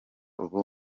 ubu